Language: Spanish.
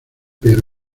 pero